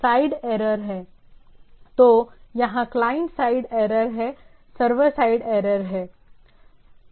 तो यहां client side error हैं सर्वर साइड एरर हैं